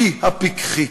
היא הפיקחית".